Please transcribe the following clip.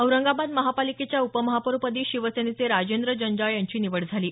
औरंगाबाद महापालिकेच्या उपमहापौरपदी शिवसेनेचे राजेंद्र जंजाळ यांची निवड झाली आहे